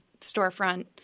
storefront